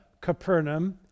Capernaum